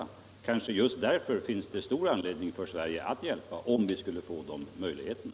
Det finns kanske just därför stor anledning för Sverige att hjälpa - om vi skulle få de möjligheterna.